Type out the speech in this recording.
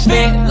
Fit